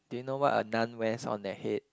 do you know what a nun wears on their head